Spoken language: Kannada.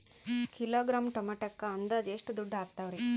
ಕಿಲೋಗ್ರಾಂ ಟೊಮೆಟೊಕ್ಕ ಅಂದಾಜ್ ಎಷ್ಟ ದುಡ್ಡ ಅಗತವರಿ?